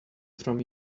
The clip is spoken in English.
from